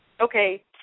Okay